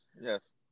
Yes